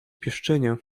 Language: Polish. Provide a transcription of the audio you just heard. pieszczenia